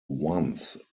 once